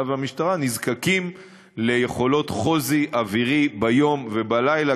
והמשטרה נזקקים ליכולות חוזי אווירי ביום ובלילה,